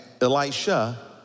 Elisha